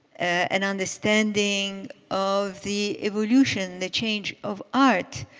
an understanding of the evolution, the change of art,